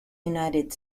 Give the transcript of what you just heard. united